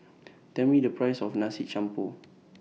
Tell Me The Price of Nasi Campur